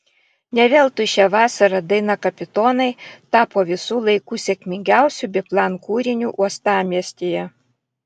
ne veltui šią vasarą daina kapitonai tapo visų laikų sėkmingiausiu biplan kūriniu uostamiestyje